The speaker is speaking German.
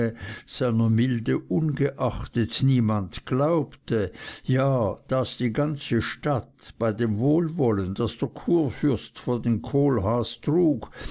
milde ungeachtet niemand glaubte ja das die ganze stadt bei dem wohlwollen das der kurfürst für den kohlhaas trug